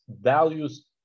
values